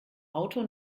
auto